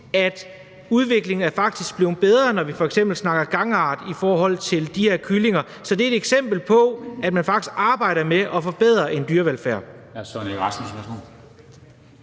at udviklingen faktisk er blevet bedre, når vi f.eks. snakker gangart i forhold til de her kyllinger. Så det er et eksempel på, at man faktisk arbejder med at forbedre en dyrevelfærd.